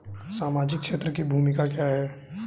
सामाजिक क्षेत्र की भूमिका क्या है?